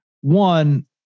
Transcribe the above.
one